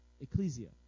Ecclesia